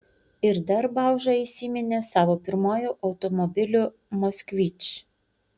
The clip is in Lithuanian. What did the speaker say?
ir dar bauža įsiminė savo pirmuoju automobiliu moskvič